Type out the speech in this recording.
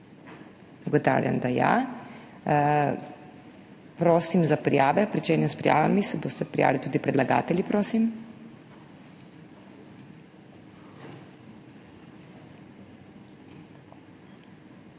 Ugotavljam, da ja, prosim za prijave. Začenjam s prijavami. Se boste prijavili tudi predlagatelji, prosim.